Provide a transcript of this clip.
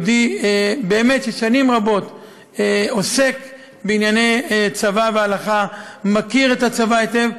יהודי ששנים רבות עוסק בענייני צבא והלכה ומכיר את הצבא היטב,